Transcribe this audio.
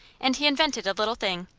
and he invented a little thing,